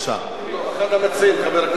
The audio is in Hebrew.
אחד המציעים, חבר הכנסת אגבאריה.